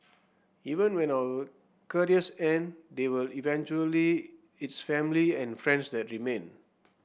even when our careers end they will eventually it's family and friends that remain